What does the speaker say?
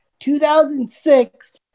2006